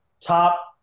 top